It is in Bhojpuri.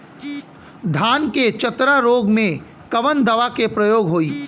धान के चतरा रोग में कवन दवा के प्रयोग होई?